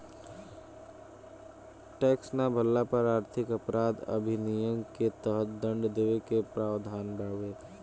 tax ना भरला पर आर्थिक अपराध अधिनियम के तहत दंड देवे के प्रावधान बावे